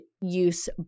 use